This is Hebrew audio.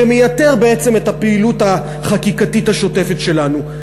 שמייתר בעצם את הפעילות החקיקתית השוטפת שלנו.